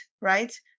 right